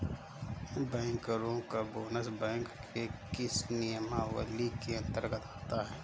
बैंकरों का bonus bank के किस नियमावली के अंतर्गत आता है?